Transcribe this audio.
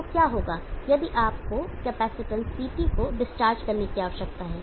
तो क्या होगा यदि आपको कैपेसिटेंस CT को डिस्चार्ज करने की आवश्यकता है